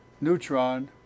neutron